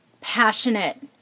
passionate